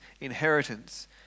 inheritance